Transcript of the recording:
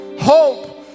hope